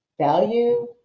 value